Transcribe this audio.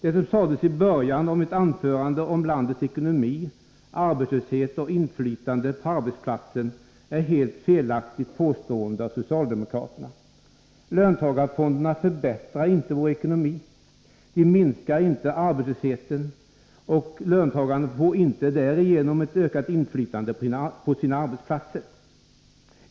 Det påstående av socialdemokraterna om landets ekonomi, arbetslösheten och inflytandet på arbetsplatsen som jag återgav i början av mitt anförande är helt felaktigt. Löntagarfonderna förbättrar inte vår ekonomi, de minskar inte arbetslösheten, och löntagaren får inte genom fonderna ett ökat inflytande på sin arbetsplats.